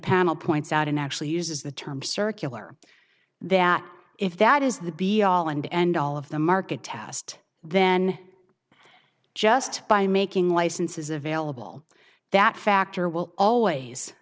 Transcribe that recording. panel points out and actually uses the term circular that if that is the be all and end all of the market test then just by making licenses available that factor will always